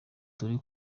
turi